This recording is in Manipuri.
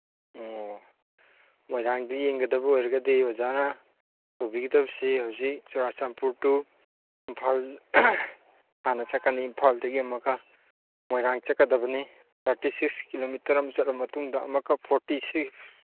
ꯑꯣ ꯃꯣꯏꯔꯥꯡꯗ ꯌꯦꯡꯒꯗꯕ ꯑꯣꯏꯔꯒꯗꯤ ꯑꯣꯖꯥꯅ ꯇꯧꯕꯤꯒꯗꯕꯁꯤ ꯍꯧꯖꯤꯛ ꯆꯨꯔꯥꯆꯥꯟꯄꯨꯔ ꯇꯨ ꯏꯝꯐꯥꯜ ꯇꯥꯟꯅ ꯆꯠꯀꯅꯤ ꯏꯝꯐꯥꯜꯗꯒꯤ ꯑꯃꯨꯛꯀ ꯃꯣꯏꯔꯥꯡ ꯆꯠꯀꯗꯕꯅꯤ ꯊꯥꯔꯇꯤ ꯁꯤꯛꯁ ꯀꯤꯂꯣꯇꯔ ꯑꯃ ꯆꯠꯂꯕ ꯃꯇꯨꯡꯗ ꯑꯃꯨꯛꯀ ꯐꯣꯔꯇꯤ ꯁꯤꯛꯁ